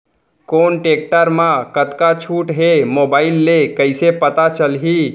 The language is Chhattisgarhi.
कोन टेकटर म कतका छूट हे, मोबाईल ले कइसे पता चलही?